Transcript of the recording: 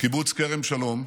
בקיבוץ כרם שלום,